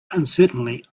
uncertainly